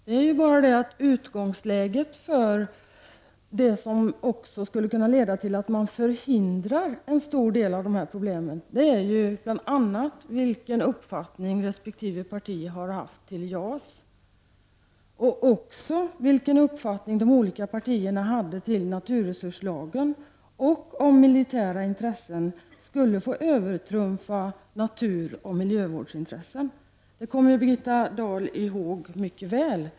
Men utgångsläget för det som skulle kunna leda till att man förhindrar en stor del av dessa problem är bl.a. vilken inställning resp. parti har haft till JAS och vilken inställning de olika partierna hade till naturresurslagen och till om militära intressen skulle få övertrumfa naturoch miljövårdsintressen. Det kommer ju Birgitta Dahl mycket väl ihåg.